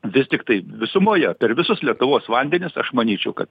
vis tiktai visumoje per visus lietuvos vandenis aš manyčiau kad